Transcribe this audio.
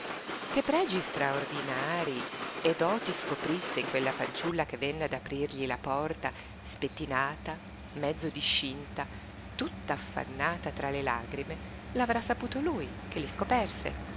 che pregi straordinarii e doti scoprisse in quella fanciulla che venne ad aprirgli la porta spettinata mezzo discinta tutta affannata tra le lagrime l'avrà saputo lui che li scoperse